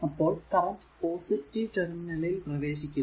അപ്പോൾ current positive ടെർമിനലിൽ പ്രവേശിക്കുന്നു